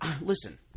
Listen